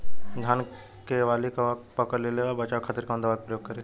धान के वाली में कवक पकड़ लेले बा बचाव खातिर कोवन दावा के प्रयोग करी?